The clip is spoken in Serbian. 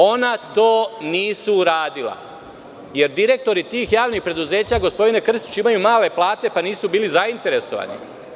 Ona to nisu uradila jer direktori tih javnih preduzeća, gospodine Krstiću, imaju male plate pa nisu bili zainteresovani.